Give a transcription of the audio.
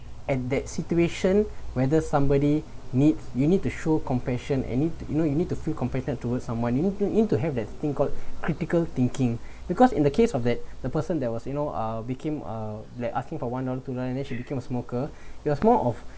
and that situation whether somebody need you need to show compassion and need you know you need to feel compassionate towards someone you need to you need to have that thing called critical thinking because in the case of that the person that was you know uh became uh like asking for one dollar two dollar and then she became a smoker it was more of